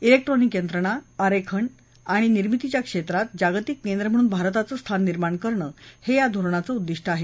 क्रिक्ट्रॉनिक यंत्रणा आरेखन आणि निर्मितीच्या क्षेत्रात जागतिक केंद्र म्हणून भारताचं स्थान निर्माण करणं हे या धोरणाचं उद्दिष्ट आहे